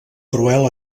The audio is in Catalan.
cruel